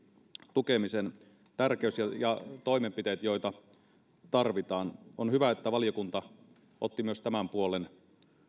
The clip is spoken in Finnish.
tukemisen tärkeys ja toimenpiteet joita tarvitaan on hyvä että valiokunta otti myös tämän puolen